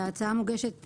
ההצעה מוגשת,